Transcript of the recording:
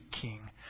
king